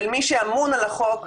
של מי שאמון על החוק,